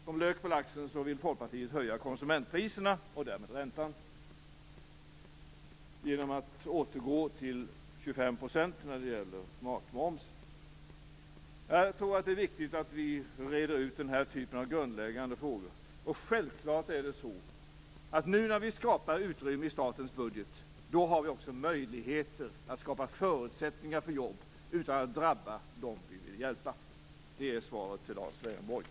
Som lök på laxen vill Folkpartiet höja konsumentpriserna och därmed räntan genom att återgå till 25 % när det gäller matmomsen. Jag tror att det är viktigt att vi reder ut den här typen av grundläggande frågor. Självfallet är det också så att nu när vi skapar utrymme i statens budget har vi också möjligheter att skapa förutsättningar för jobb utan att det drabbar dem vi vill hjälpa. Det är svaret till Lars Leijonborg.